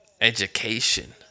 education